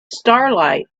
starlight